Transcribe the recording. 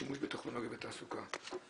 שימוש בטכנולוגיות בתעסוקה.